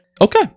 Okay